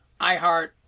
iHeart